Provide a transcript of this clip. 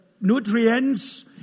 nutrients